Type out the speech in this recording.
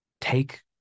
take